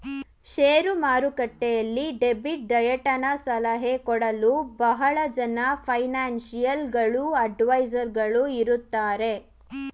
share ಮಾರುಕಟ್ಟೆಯಲ್ಲಿ debit ಡಯಟನ ಸಲಹೆ ಕೊಡಲು ಬಹಳ ಜನ ಫೈನಾನ್ಸಿಯಲ್ ಗಳು ಅಡ್ವೈಸರ್ಸ್ ಗಳು ಇರುತ್ತಾರೆ